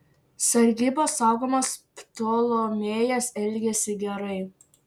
sargybos saugomas ptolemėjas elgėsi gerai